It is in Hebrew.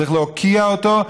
צריך להוקיע אותו,